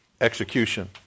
execution